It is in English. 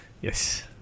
Yes